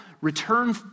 return